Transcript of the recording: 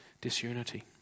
disunity